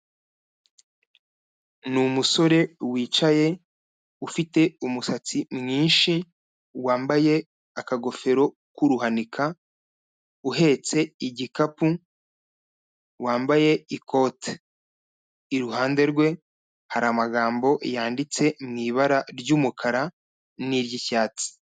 Ni umusore wicaye ufite umusatsi mwinshi wambaye akagofero k'uruhanika, uhetse igikapu wambaye ikote. Iruhande rwe hari amagambo yanditse mu ibara ry'umukara niryi cyatsi.